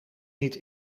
niet